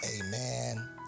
amen